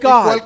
God